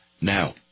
Now